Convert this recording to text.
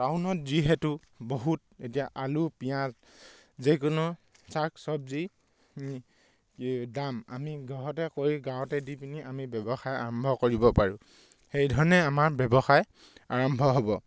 টাউনত যিহেতু বহুত এতিয়া আলু পিঁয়াজ যিকোনো শাক চব্জি দাম আমি ঘৰতে কৰি গাঁৱতে দি পিনি আমি ব্যৱসায় আৰম্ভ কৰিব পাৰোঁ সেইধৰণেই আমাৰ ব্যৱসায় আৰম্ভ হ'ব